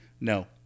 no